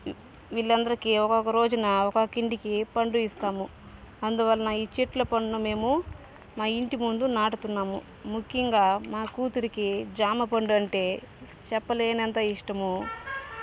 వీళ్ళందరికీ ఒక్కొక్క రోజున ఒక్కొక్క ఇంటికి పండు ఇస్తాము అందువల్న ఈ చెట్ల పండ్లు మేము మా ఇంటి ముందు నాటుతున్నాము ముఖ్యంగా మా కూతురికి జామ పండు అంటే చెప్పలేనంత ఇష్టము